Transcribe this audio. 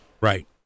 Right